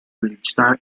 felicità